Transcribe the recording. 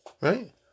right